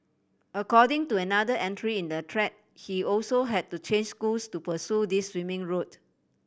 according to another entry in the thread he also had to change schools to pursue this swimming route